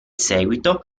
seguito